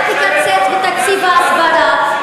אולי תקצץ בתקציב ההסברה?